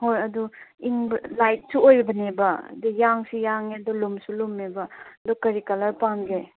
ꯍꯣꯏ ꯑꯗꯨ ꯏꯪꯕ ꯂꯥꯏꯠꯁꯨ ꯑꯣꯏꯕꯅꯦꯕ ꯑꯗꯨ ꯌꯥꯡꯁꯨ ꯌꯥꯡꯉꯦ ꯑꯗꯨ ꯂꯨꯝꯁꯨ ꯂꯨꯝꯃꯦꯕ ꯑꯗꯨ ꯀꯔꯤ ꯀꯂꯔ ꯄꯥꯝꯒꯦ